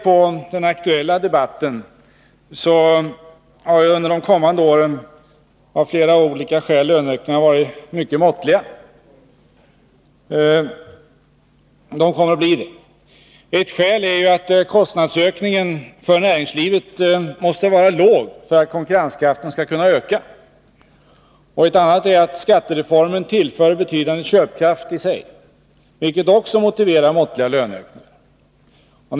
I den aktuella debatten kan vi konstatera att löneökningarna under de kommande åren av flera olika skäl kommer att bli mycket måttliga. Ett skäl är att kostnadsökningarna för näringslivet måste vara låga för att konkurrenskraften skall kunna öka. Ett annat är att skattereformen i sig tillför betydande köpkraft, vilket också motiverar måttliga löneökningar.